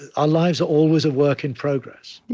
our lives are always a work in progress.